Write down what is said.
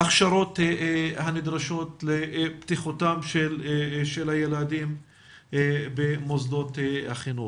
ההכשרות הנדרשות לבטיחותם של הילדים במוסדות החינוך.